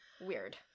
weird